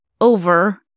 over